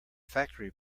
factory